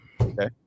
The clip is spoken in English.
Okay